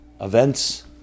events